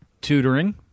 tutoring